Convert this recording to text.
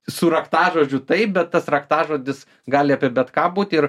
su raktažodžiu taip bet tas raktažodis gali apie bet ką būti ir